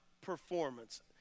performance